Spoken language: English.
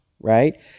right